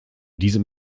diesem